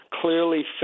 clearly